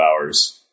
hours